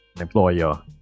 employer